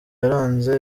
yaranze